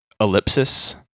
ellipsis